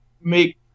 make